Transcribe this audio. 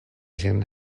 sin